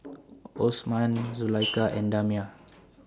Osman Zulaikha and Damia